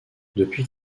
depuis